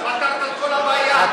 פתרתם את כל הבעיה,